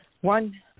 One